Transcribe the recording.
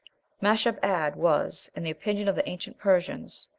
mashab-ad was, in the opinion of the ancient persians,